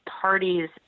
parties